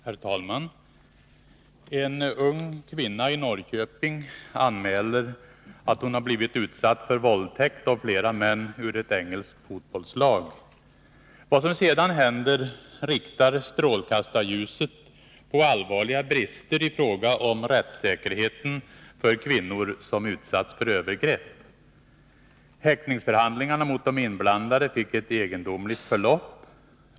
Herr talman! En ung kvinna i Norrköping anmäler att hon blivit utsatt för våldtäkt av flera män ur ett engelskt fotbollslag. Vad som sedan händer riktar strålkastarljuset på allvarliga brister i fråga om rättssäkerheten för kvinnor som utsatts för övergrepp. Häktningsförhandlingarna mot de inblandade fick ett egendomligt förlopp.